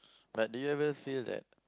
like do you ever feel that